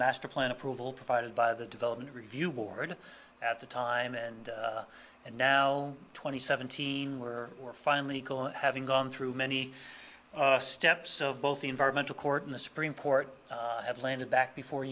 master plan approval provided by the development review board at the time and and now twenty seventeen where we're finally having gone through many steps of both the environmental court and the supreme court have landed back before